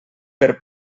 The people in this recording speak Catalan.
per